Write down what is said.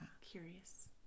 Curious